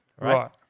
right